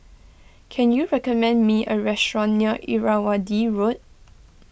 can you recommend me a restaurant near Irrawaddy Road